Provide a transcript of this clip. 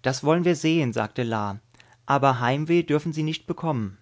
das wollen wir sehen sagte la aber heimweh dürfen sie nicht bekommen